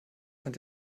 sind